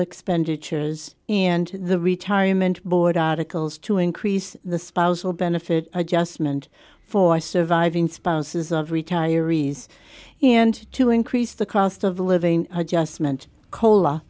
expenditures and the retirement board articles to increase the spousal benefit adjustment for surviving spouses of retirees and to increase the cost of living adjustment cola